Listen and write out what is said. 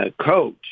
Coach